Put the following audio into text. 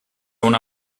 una